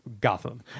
Gotham